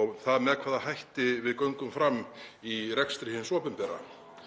og það með hvaða hætti við göngum fram í rekstri hins opinbera.